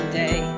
day